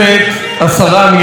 שרת התרבות.